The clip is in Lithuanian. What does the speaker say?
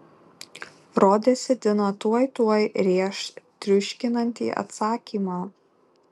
rodėsi dina tuoj tuoj rėš triuškinantį atsakymą